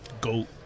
Goat